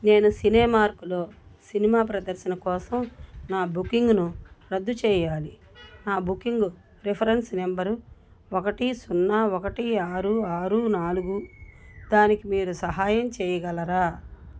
నేను సినేమార్క్లో సినిమా ప్రదర్శన కోసం నా బుకింగ్ను రద్దు చేయాలి నా బుకింగ్ రిఫరెన్స్ నంబరు ఒకటి సున్నా ఒకటి ఆరు ఆరు నాలుగు దానికి మీరు సహాయం చేయగలరా